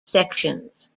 sections